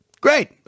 Great